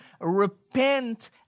Repent